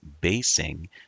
basing